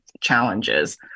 challenges